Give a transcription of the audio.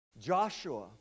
Joshua